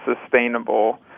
sustainable